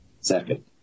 Second